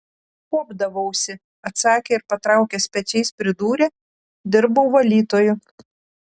kuopdavausi atsakė ir patraukęs pečiais pridūrė dirbau valytoju